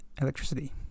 electricity